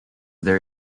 there